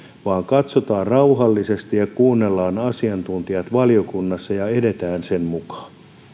vaan katsotaan rauhallisesti ja kuunnellaan asiantuntijat valiokunnassa ja edetään sen mukaan